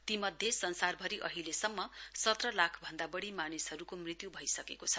तीमध्ये संसार भरि अहिलेसम्म सत्र लाख भन्दा बढी मानिसहरूको मृत्यु भइसकेको छ